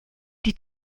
die